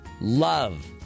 love